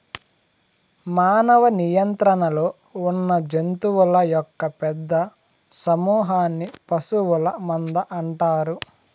మానవ నియంత్రణలో ఉన్నజంతువుల యొక్క పెద్ద సమూహన్ని పశువుల మంద అంటారు